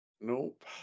Nope